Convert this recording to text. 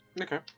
Okay